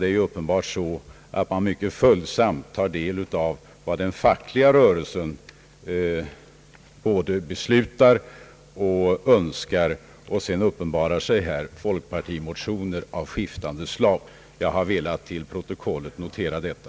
Det är uppenbart så att man mycket följsamt tar del av vad den fackliga rörelsen både beslutar och önskar, och sedan uppenbarar sig här folkpartimotioner av skiftande slag. Jag har velat till protokollet notera detta.